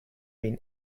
been